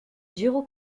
dire